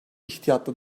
ihtiyatlı